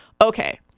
okay